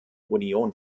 union